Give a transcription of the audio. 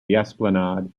esplanade